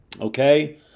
Okay